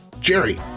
Jerry